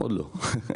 עוד לא.